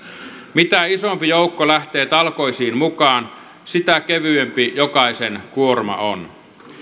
mitä isompi joukko lähtee talkoisiin mukaan sitä kevyempi jokaisen kuorma on